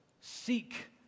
seek